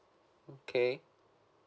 okay